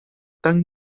tan